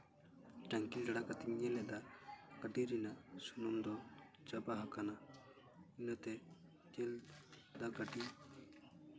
ᱴᱟᱝᱠᱤ ᱞᱟᱲᱟ ᱠᱟᱛᱤᱧ ᱧᱮᱞ ᱮᱫᱟ ᱜᱟᱹᱰᱤ ᱨᱮᱱᱟᱜ ᱥᱩᱱᱩᱢ ᱫᱚ ᱪᱟᱵᱟ ᱟᱠᱟᱱᱟ ᱚᱱᱟᱛᱮ ᱧᱮᱞᱫᱟ ᱠᱟᱹᱴᱤᱡ